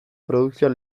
produkzioa